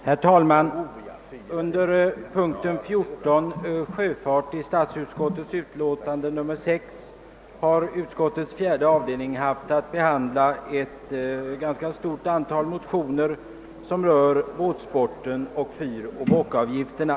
Herr talman! Under punkten 14, angående anslagen till sjöfartsverkets verksamhet, i statsutskottets utlåtande nr 6 har utskottets fjärde avdelning haft att behandla ett ganska stort antal motioner, som rör båtsporten samt fyroch båkavgifterna.